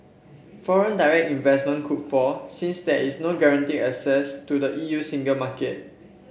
foreign direct investment could fall since there is no guaranteed access to the E U single market